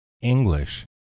English